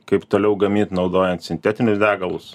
kaip toliau gamint naudojant sintetinius degalus